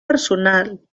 personal